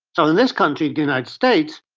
so in this country, the united states,